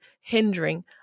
hindering